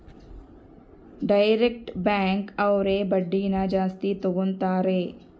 direct bank ಅವ್ರು ಬಡ್ಡಿನ ಜಾಸ್ತಿ ತಗೋತಾರೆ